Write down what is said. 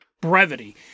Brevity